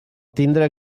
tindre